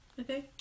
Okay